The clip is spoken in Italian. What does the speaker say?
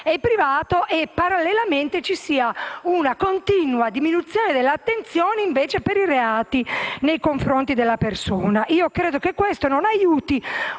e privato, e parallelamente ci sia una continua diminuzione dell'attenzione per i reati nei confronti della persona. Credo che ciò non aiuti